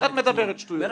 סליחה,